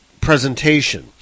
presentation